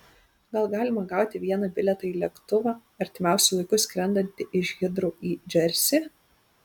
gal galima gauti vieną bilietą į lėktuvą artimiausiu laiku skrendantį iš hitrou į džersį